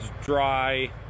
dry